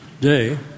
Day